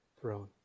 throne